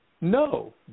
No